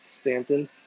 Stanton